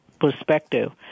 perspective